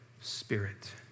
spirit